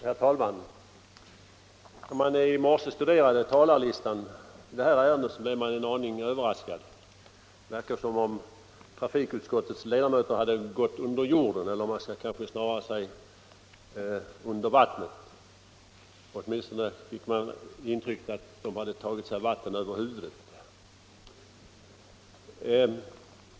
Herr talman! När jag i morse studerade talarlistan i detta ärende blev jag en aning överraskad. Det verkade som om trafikutskottets ledamöter hade gått under jorden, eller man skall kanske snarare säga under vattnet —- i varje fall fick man intrycket att de hade tagit sig vatten över huvudet.